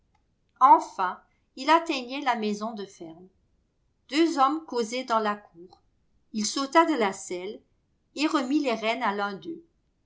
enfin il atteignit la maison de ferme deux hommes causaient dans la cour il sauta de sa selle et remit les rênes à l'un d'eux